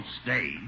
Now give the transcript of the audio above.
stay